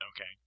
Okay